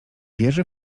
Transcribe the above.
wierzy